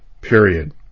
period